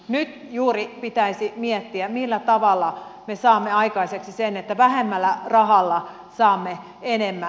nyt juuri pitäisi miettiä millä tavalla me saamme aikaiseksi sen että vähemmällä rahalla saamme enemmän